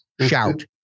shout